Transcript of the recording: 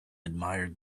admired